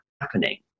happening